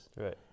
Right